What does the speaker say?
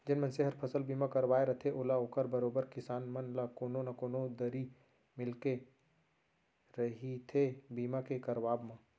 जेन मनसे हर फसल बीमा करवाय रथे ओला ओकर बरोबर किसान मन ल कोनो न कोनो दरी मिलके रहिथे बीमा के करवाब म